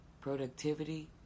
Productivity